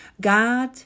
God